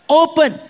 open